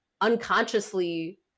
unconsciously